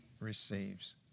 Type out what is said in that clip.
receives